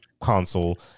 console